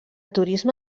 turisme